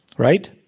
Right